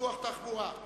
פיתוח התחבורה,